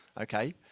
Okay